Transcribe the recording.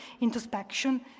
introspection